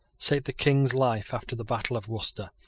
saved the king's life after the battle of worcester,